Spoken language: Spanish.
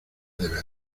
deberes